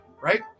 right